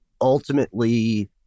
ultimately